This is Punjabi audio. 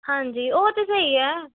ਹਾਂਜੀ ਉਹ ਤਾਂ ਸਹੀ ਹੈ